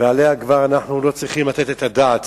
ועליה אנחנו כבר לא צריכים לתת את הדעת.